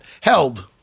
Held